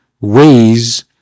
ways